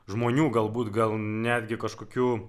žmonių galbūt gal netgi kažkokių